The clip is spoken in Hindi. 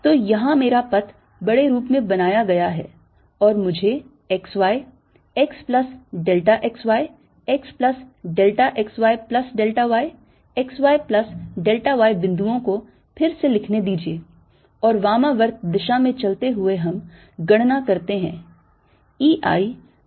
तो यहाँ मेरा पथ बड़े रूप में बनाया गया है और मुझे x y x plus delta x y x plus delta x y plus delta y x y plus delta y बिंदुओं को फिर से लिखने दीजिए और वामावर्त दिशा में चलते हुए हम गणना करते हैं